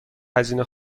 هزینه